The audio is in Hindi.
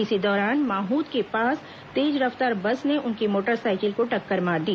इसी दौरान माहूद के पास तेज रफ्तार बस ने उनकी मोटरसाइकिल को टक्कर मार दी